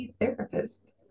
therapist